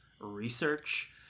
research